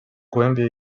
głębię